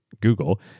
Google –